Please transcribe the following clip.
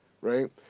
right